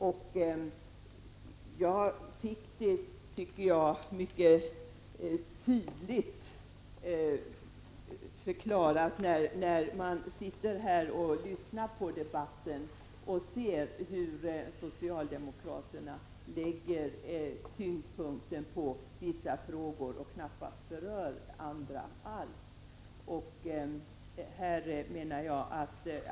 Jag har fått det mycket tydligt förklarat när jag har suttit här och lyssnat på debatten och hört hur socialdemokraterna lagt tyngdpunkten på vissa frågor och knappast alls berört andra.